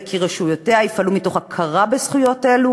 כי רשויותיה יפעלו מתוך הכרה בזכויות אלו